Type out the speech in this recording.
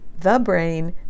thebrain